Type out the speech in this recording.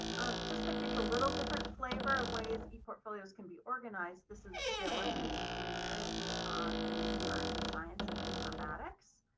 just to give you a little different flavor of ways he portfolios can be organized. this is dylan, he's a junior in media arts and science and informatics.